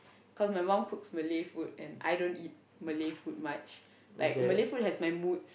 cause my mum cooks Malay food and I don't eat Malay food much like Malay food has my moods